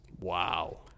Wow